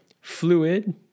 fluid